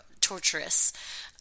torturous